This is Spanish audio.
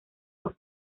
dos